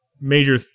major